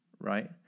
right